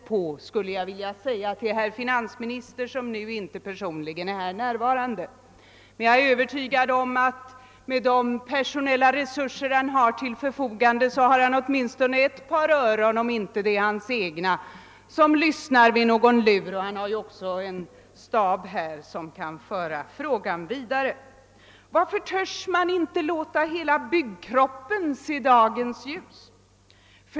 Jag skulle vilja ställa den frågan till finansministern, som nu inte är personligen närvarande i kammaren — jag är emellertid övertygad om att han med de personella resurser han förfogar över har åtminstone ett par öron, även om det inte är hans egna, som lyssnar i någon lur, och han har också här i kammaren en stab, som kan föra frågan vidare. Varför törs man inte låta hela byggnadskroppen se dagens ljus?